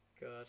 God